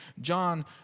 John